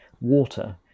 water